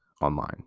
online